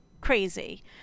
Crazy